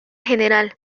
general